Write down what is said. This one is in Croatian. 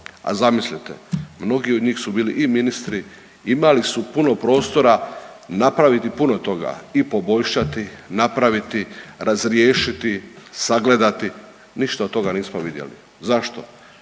A zamislite mnogi od njih su bili i ministri, imali su puno prostora napraviti puno toga i poboljšati, napraviti, razriješiti, sagledati. Ništa od toga nismo vidjeli. Zašto?